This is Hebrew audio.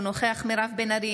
אינו נוכח מירב בן ארי,